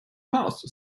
past